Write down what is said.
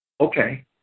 Okay